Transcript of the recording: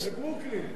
אבל הוא לא יקבל,